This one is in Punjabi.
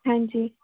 ਹਾਂਜੀ